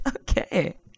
Okay